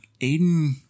Aiden